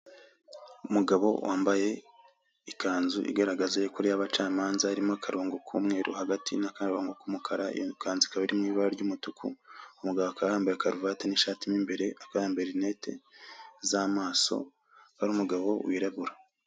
Umugabo wambaye ikanzu igaragaza yuko ari iy'abacamanza irimo akarongo k'umweru hagati n'akarongo k'umukara, iyo kanzu ikaba iri mu ibara ry'umutuku, umugabo akaba yambaye karuvati n'ishati mo imbere akaba yambaye rinete z'amaso, akaba ari umugabo wirabura.